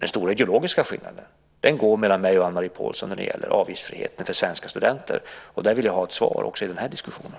Den stora ideologiska skillnaden mellan mig och Anne-Marie Pålsson gäller avgiftsfriheten för svenska studenter. Där vill jag ha ett svar också i den här diskussionen.